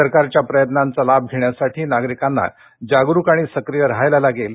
सरकारच्या प्रयत्नांचा लाभ घेण्यासाठाज्ञागरिकांना जागरूक आणि सक्रीय राहायला लागेल